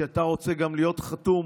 שאתה רוצה להיות חתום